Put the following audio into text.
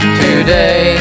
today